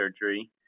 Surgery